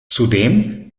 zudem